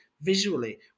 visually